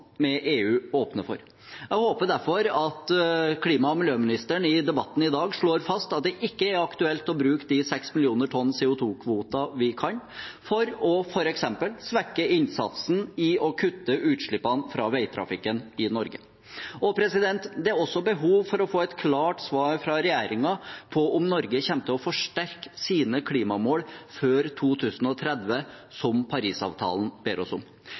med EU åpner for. Jeg håper derfor at klima- og miljøministeren i debatten i dag slår fast at det ikke er aktuelt å bruke de 6 mill. tonn med CO2-kvoter som vi kan bruke, for f.eks. å svekke innsatsen for å kutte utslippene fra veitrafikken i Norge. Det er også behov for å få et klart svar fra regjeringen på om Norge kommer til å forsterke sine klimamål før 2030, som Parisavtalen ber oss om